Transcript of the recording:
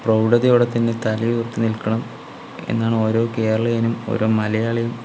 പ്രൗഢതയോടെ തന്നെ തല ഉയർത്തി നിൽക്കണം എന്നാണ് ഓരോ കേരളീയനും ഓരോ മലയാളിയും